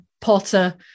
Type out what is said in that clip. Potter